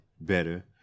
better